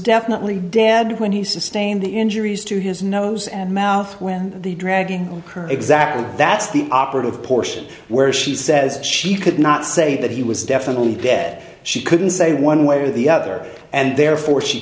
definitely dad when he sustained the injuries to his nose and mouth when the dragging her exactly that's the operative portion where she says she could not say that he was definitely dead she couldn't say one way or the other and therefore she